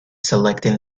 selecting